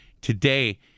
today